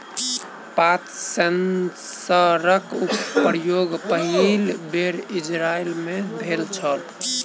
पात सेंसरक प्रयोग पहिल बेर इजरायल मे भेल छल